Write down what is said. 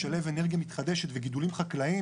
לשלב אנרגיה מתחדשת וגידולים חקלאיים